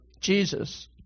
Jesus